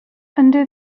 under